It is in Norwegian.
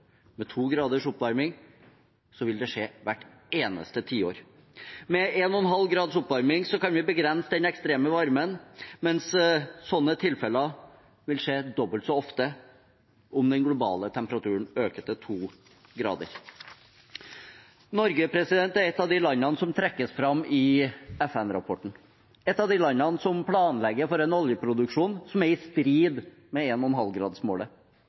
Med 2 graders oppvarming vil det skje hvert eneste tiår. Med 1,5 graders oppvarming kan vi begrense den ekstreme varmen, mens slike tilfeller vil skje dobbelt så ofte om den globale temperaturen øker til 2 grader. Norge er et av de landene som trekkes fram i FN-rapporten. Vi er et av de landene som planlegger for en oljeproduksjon som er i strid med 1,5-gradersmålet. Dette var en